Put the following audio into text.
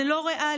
זה לא ריאלי.